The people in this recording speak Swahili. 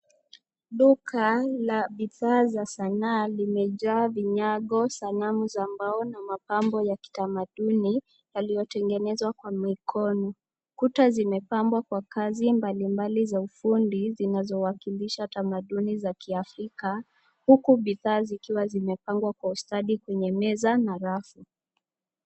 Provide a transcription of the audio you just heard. Duka la bidhaa za sanaa limejaa vinyago, sanamu za mbao na mapambo ya kitamaduni yaliyo tengenezwa kwa mikono. Kuta zimepambwa kwa kazi mbalibali za ufundi zinazowakilisha tamaduni za kiafrika huku bidhaa zikiwa zimepangwa kwa ustadi kwenye meza na rafu.